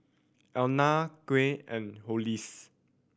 Allena Quint and Hollis